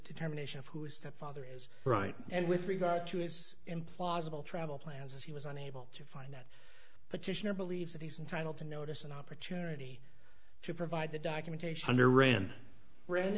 determination of who is stepfather is right and with regard to his implausible travel plans he was unable to find that petitioner believes that he's entitled to notice an opportunity to provide the documentation under ran re